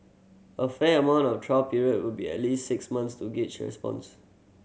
a fair amount of trial period would be at least six months to gauge response